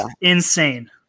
insane